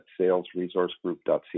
salesresourcegroup.ca